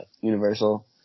universal